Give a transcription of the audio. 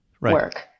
work